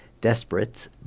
desperate